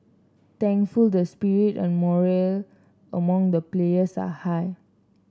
thankful the spirit and morale among the players are high